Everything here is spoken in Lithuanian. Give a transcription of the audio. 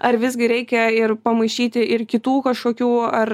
ar visgi reikia ir pamaišyti ir kitų kažkokių ar